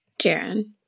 Jaren